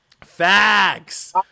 Facts